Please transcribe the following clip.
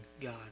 God